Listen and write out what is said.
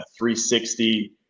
360